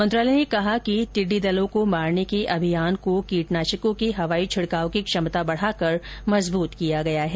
मंत्रालय ने कहा है कि टिड्डी दलों को मारने के अभियान को कीटनाशकों के हवाई छिडकाव की क्षमता बढाकर मजबूत किया गया है